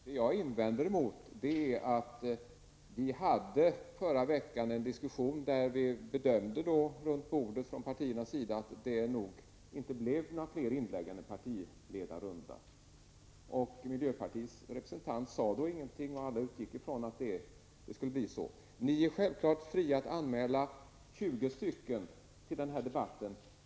Herr talman! Vad jag vänder mig mot är att vi i förra veckan hade en diskussion, där vi från de olika partiernas sida gjorde bedömningen att det inte skulle bli inlägg från några andra än partiledarna. Miljöpartiets representant sade då ingenting, och alla utgick från att det skulle bli så. Det står er självfallet fritt att anmäla tjugo deltagare i denna debatt.